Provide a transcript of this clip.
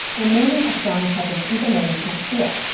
remaining a strong presence even though you can't see it,